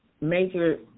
Major